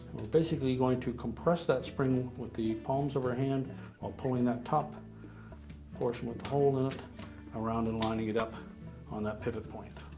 basically going to compress that spring with the palms of our hand pulling that top portion with the hole in it around and lining it up on that pivot point.